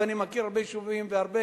ואני מכיר הרבה יישובים והרבה